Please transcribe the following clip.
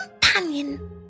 companion